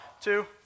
two